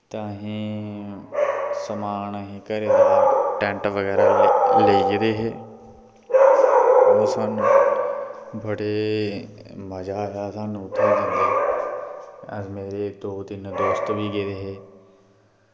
ते असें समान असें घरै दा टैंट बगैरा लेई गेदे हे ते सानूं बड़े मज़ा आया सानूं उत्थें जाइयै मेरे दो तिन्न दोस्त बी गेदे हे